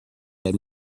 had